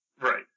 Right